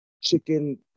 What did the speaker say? chicken